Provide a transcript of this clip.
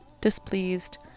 displeased